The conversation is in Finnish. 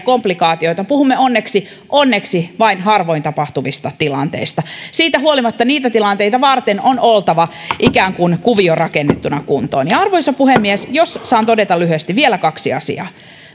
komplikaatioita puhumme onneksi onneksi vain harvoin tapahtuvista tilanteista siitä huolimatta niitä tilanteita varten on oltava ikään kuin kuvio rakennettuna kuntoon arvoisa puhemies jos saan todeta lyhyesti vielä kaksi asiaa